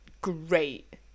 great